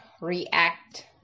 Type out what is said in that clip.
react